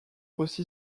aussi